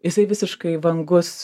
jisai visiškai vangus